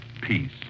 peace